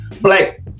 black